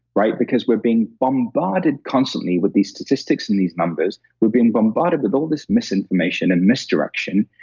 right? because we're being bombarded constantly with these statistics and these numbers. we're being bombarded with all this misinformation and misdirection.